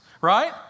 right